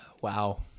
Wow